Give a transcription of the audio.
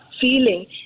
feeling